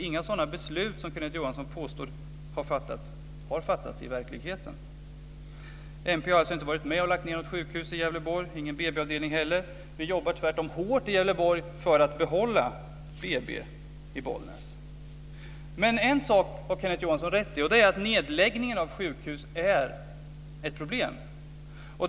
Inga sådana beslut som Kenneth Johansson påstår har fattats har alltså fattats i verkligheten. Miljöpartiet har alltså inte varit med och lagt ned något sjukhus i Gävleborg och ingen BB-avdelning heller. Vi jobbar tvärtom hårt i Gävleborg för att behålla BB i Bollnäs. Men en sak har Kenneth Johansson rätt i, och det är att nedläggningen av sjukhus är ett problem.